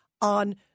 on